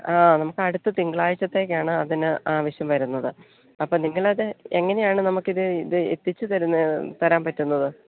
ആ നമുക്ക് അടുത്ത തിങ്കളാഴ്ച്ചത്തേക്കാണ് അതിന് ആവശ്യം വരുന്നത് അപ്പം നിങ്ങൾ അത് എങ്ങനെയാണ് നമുക്ക് ഇത് ഇത് എത്തിച്ച് തരുന്നത് തരാൻ പറ്റുന്നത്